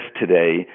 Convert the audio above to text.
today